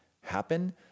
happen